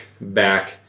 back